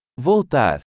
Voltar